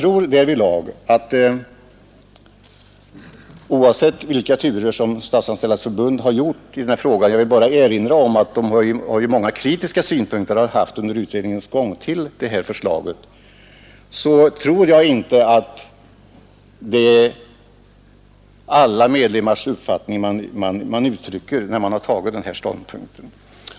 Oavsett vilka turer som Statsanställdas förbund har gjort i frågan — jag vill erinra om att man haft många kritiska synpunkter på förslaget under utredningens gång — tror jag inte att det är alla medlemmars uppfattning som kommer till uttryck i den slutliga ståndpunkten.